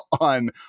on